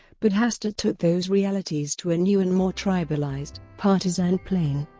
but hastert took those realities to a new and more tribalized, partisan plane.